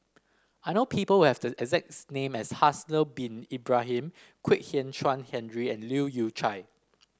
I know people who have the exacts name as Haslir Bin Ibrahim Kwek Hian Chuan Henry and Leu Yew Chye